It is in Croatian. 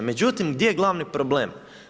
Međutim, gdje je glavni problem?